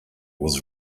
was